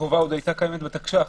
החובה עוד היתה קיימת בתקש"ח.